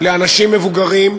על אנשים מבוגרים,